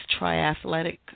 triathletic